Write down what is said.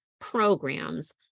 programs